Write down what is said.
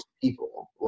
people